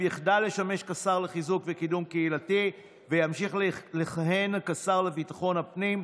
יחדל לשמש כשר לחיזוק וקידום קהילתי וימשיך לכהן כשר לביטחון הפנים,